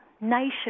nation